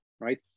right